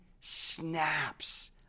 snaps